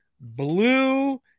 blue